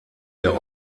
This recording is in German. der